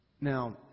Now